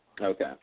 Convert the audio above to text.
Okay